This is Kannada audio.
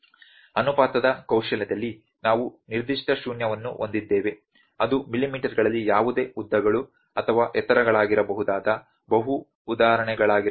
ಅನುಪಾತದ ಕೌಶಲ್ಯದಲ್ಲಿ ನಾವು ನಿರ್ದಿಷ್ಟ ಶೂನ್ಯವನ್ನು ಹೊಂದಿದ್ದೇವೆ ಅದು ಮಿಲಿಮೀಟರ್ಗಳಲ್ಲಿ ಯಾವುದೇ ಉದ್ದಗಳು ಅಥವಾ ಎತ್ತರಗಳಾಗಿರಬಹುದಾದ ಬಹು ಉದಾಹರಣೆಗಳಾಗಿರಬಹುದು